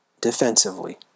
Defensively